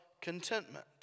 contentment